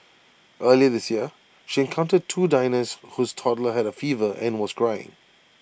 earlier this year she encountered two diners whose toddler had A fever and was crying